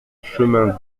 chemin